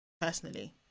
personally